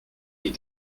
est